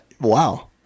Wow